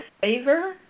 favor